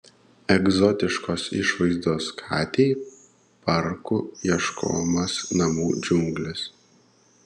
egzotiškos išvaizdos katei parku ieškomos namų džiunglės